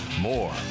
more